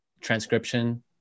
transcription